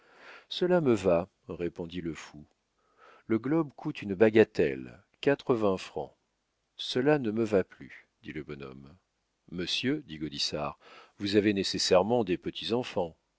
cela me va répondit le fou le globe coûte une bagatelle quatre-vingts francs cela ne me va plus dit le bonhomme monsieur dit gaudissart vous avez nécessairement des